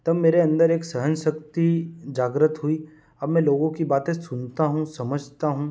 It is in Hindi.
तब मेरे अंदर एक सहनशक्ति जागृत हुई अब मैं लोगों की बातें सुनता हूँ समझता हूँ